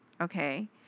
okay